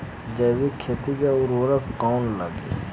जैविक खेती मे उर्वरक कौन लागी?